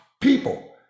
people